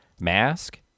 mask